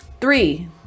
Three